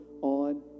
on